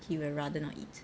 he would rather not eat